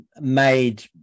made